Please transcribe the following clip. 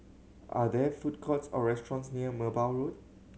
are there food courts or restaurants near Merbau Road